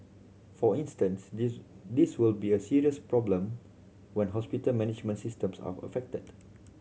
for instance this this will be a serious problem when hospital management systems are affected